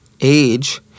age